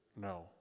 no